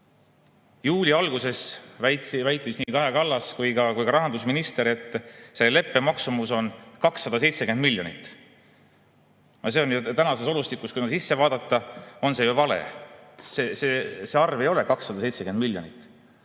Juuli alguses väitsid Kaja Kallas ja ka rahandusminister, et selle leppe maksumus on 270 miljonit. See on tänases olustikus, kui sinna sisse vaadata, ju vale. See arv ei ole 270 miljonit.